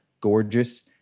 gorgeous